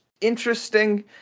interesting